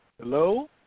Hello